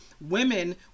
women